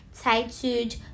titled